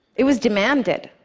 it was demanded.